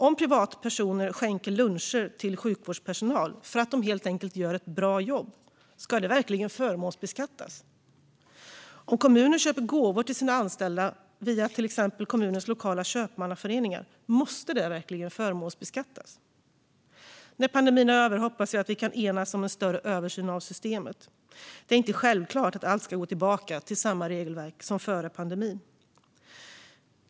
Om privatpersoner skänker luncher till sjukvårdspersonal för att de helt enkelt gör ett bra jobb - ska det verkligen förmånsbeskattas? Om kommuner köper gåvor till sina anställda via till exempel kommunens lokala köpmannaföreningar - måste det verkligen förmånsbeskattas? När pandemin är över hoppas jag att vi kan enas om en större översyn av systemet. Det är inte självklart att allt ska gå tillbaka till samma regelverk som före pandemin.